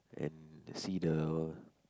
and see the